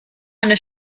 eine